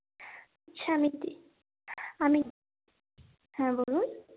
হ্যাঁ আমি আমি হ্যাঁ বলুন